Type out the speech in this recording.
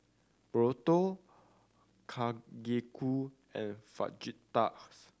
Burrito Kalguksu and Fajitas